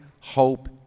hope